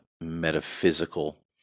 metaphysical